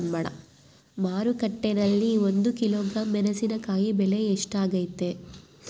ಮಾರುಕಟ್ಟೆನಲ್ಲಿ ಒಂದು ಕಿಲೋಗ್ರಾಂ ಮೆಣಸಿನಕಾಯಿ ಬೆಲೆ ಎಷ್ಟಾಗೈತೆ?